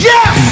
Yes